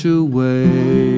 away